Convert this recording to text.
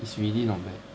it's really not bad maybe